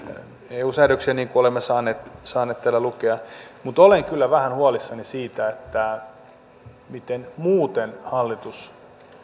eu säädöksiä niin kuin olemme saaneet saaneet täällä lukea mutta olen kyllä vähän huolissani siitä miten muuten hallitus